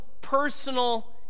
personal